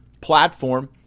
platform